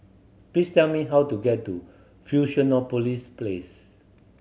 please tell me how to get to Fusionopolis Place